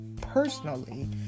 personally